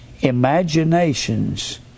imaginations